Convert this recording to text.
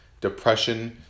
depression